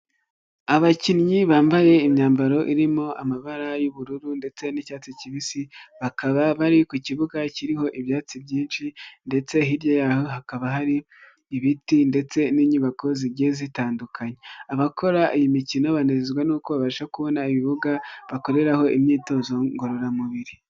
Abakinnyi bambaye imyambaro irimo amabara y'ubururu ndetse n'icyatsi kibisi, bakaba bari ku kibuga kiriho ibyatsi byinshi ndetse hirya yaho hakaba hari ibiti ndetse n'inyubako zigiye zitandukanye, abakora iyi mikino banezezwa nuko babasha kubona ibibuga bakoreraho imyitozo ngororamubiri.